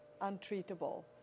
untreatable